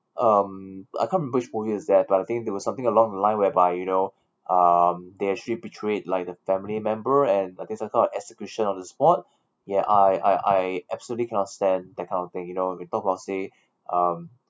um I can't remember which movie is that but I think there was something along the line whereby you know um they actually betrayed like the family member and I think some kind of execution on the spot ya I I I absolutely cannot stand that kind of thing you know you talk about say um